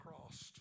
crossed